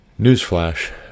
newsflash